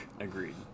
Agreed